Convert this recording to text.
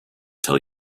tell